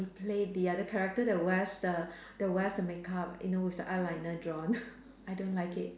play the other character that wears the that wears the makeup you know with the eyeliner drawn I don't like it